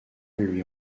lui